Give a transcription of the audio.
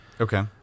okay